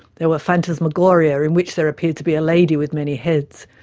there were phantasmagoria in which there appeared to be a lady with many heads.